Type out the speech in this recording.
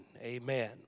Amen